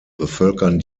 bevölkern